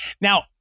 Now